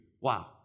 Wow